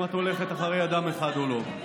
אם את הולכת אחרי אדם אחד או לא.